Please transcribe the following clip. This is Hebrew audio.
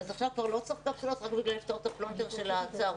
אז עכשיו כבר לא צריך קפסולות רק כדי לפתור את הפלונטר של הצהרון?